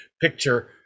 picture